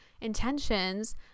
intentions